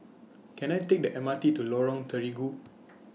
Can I Take The M R T to Lorong Terigu